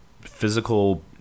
physical